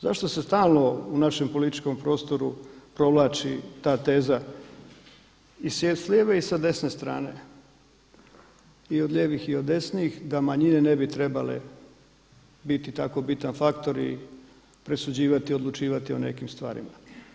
Zašto se stalno u našem političkom prostoru provlači ta teza i s lijeve i s desne strane i od lijevih i od desnih da manjine ne bi trebale biti tako bitan faktor i presuđivati i odlučivati o nekim stvarima?